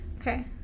Okay